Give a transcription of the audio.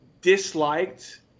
disliked